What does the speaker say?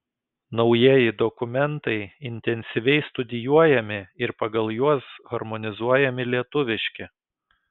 naujieji dokumentai intensyviai studijuojami ir pagal juos harmonizuojami lietuviški